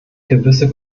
gewisse